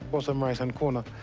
bottom right hand corner.